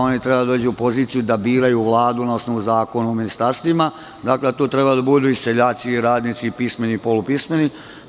Oni treba da dođu u poziciju da biraju Vladu na osnovu Zakona o ministarstvima, da tu treba da budu i seljaci i radnici i pismeni i polupismeni.